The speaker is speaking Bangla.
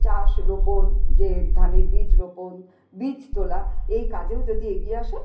চাষ রোপণ যে ধানের বীজ রোপণ বীজ তোলা এই কাজেও যদি এগিয়ে আসে